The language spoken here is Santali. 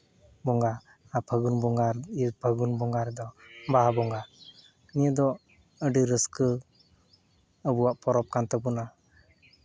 ᱵᱚᱸᱜᱟ ᱟᱨ ᱯᱷᱟᱹᱜᱩᱱ ᱵᱚᱸᱜᱟ ᱟᱨ ᱯᱷᱟᱹᱜᱩᱱ ᱵᱚᱸᱜᱟ ᱨᱮᱫᱚ ᱵᱟᱦᱟ ᱵᱚᱸᱜᱟ ᱱᱤᱭᱟᱹ ᱫᱚ ᱟᱹᱰᱤ ᱨᱟᱹᱥᱠᱟᱹ ᱟᱵᱚᱣᱟᱜ ᱯᱚᱨᱚᱵ ᱠᱟᱱ ᱛᱟᱵᱚᱱᱟ